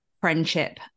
friendship